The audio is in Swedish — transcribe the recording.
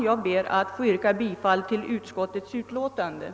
Jag ber att få yrka bifall till utskottets förslag.